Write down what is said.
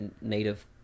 native